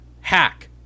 hack